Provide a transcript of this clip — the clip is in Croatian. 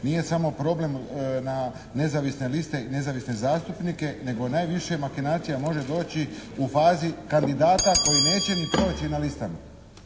Nije samo problem na nezavisne liste i nezavisne zastupnike nego najviše makinacija može doći u fazi kandidata koji neće ni proći na listama.